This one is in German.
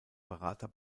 berater